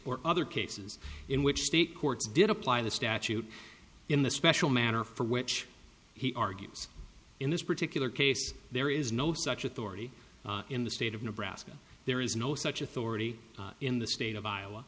or other cases in which state courts did apply the statute in the special manner for which he argues in this particular case there is no such authority in the state of nebraska there is no such authority in the state of